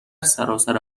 سراسر